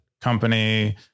company